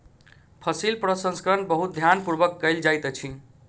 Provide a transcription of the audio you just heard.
फसील प्रसंस्करण बहुत ध्यान पूर्वक कयल जाइत अछि